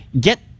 get